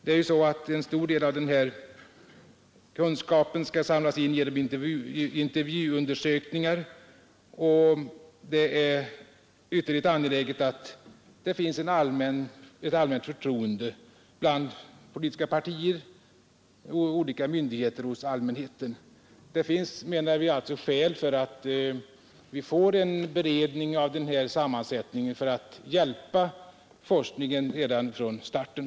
En stor del av kunskapen skall ju samlas in genom intervjuundersökningar, och det är inte minst av den anledningen ytterligt angeläget att det finns ett förtroende hos politiska partier, hos myndigheter och hos allmänheten. Integritetsfrågorna är också väsentliga. Det finns alltså, menar vi, skäl för att vi får en beredning med den föreslagna sammansättningen som rådgivande organ till forskningen redan från starten.